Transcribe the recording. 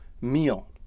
meal